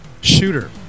shooter